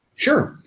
sure,